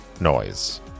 noise